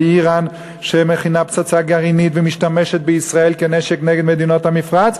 ואיראן שמכינה פצצה גרעינית ומשתמשת בישראל כנשק נגד מדינות המפרץ,